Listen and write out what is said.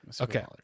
Okay